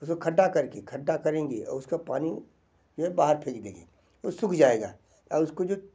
उसको खड्डा करके खड्डा करेंगे और उसका पानी जो है बाहर फेंक देंगे वो सूख जाएगा अब उसको जो